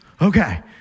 okay